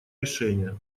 решения